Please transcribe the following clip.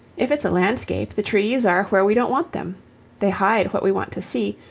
if it's a landscape the trees are where we don't want them they hide what we want to see,